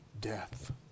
death